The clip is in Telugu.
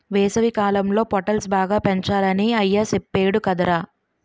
వేసవికాలంలో పొటల్స్ బాగా పెంచాలని అయ్య సెప్పేడు కదరా